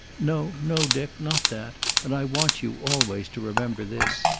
no, no, dick. not that. and i want you, always, to remember this.